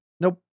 nope